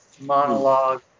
monologue